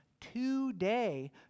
today